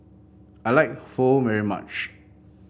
I like Pho very much